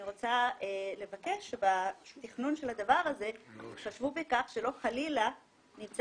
אני רוצה לבקש שבתכנון של הדבר הזה יתחשבו בכך שלא חלילה נמצא